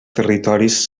territoris